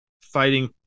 fighting